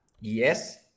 yes